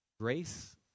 Grace